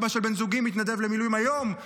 אבא של בן זוגי מתנדב למילואים היום.